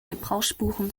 gebrauchsspuren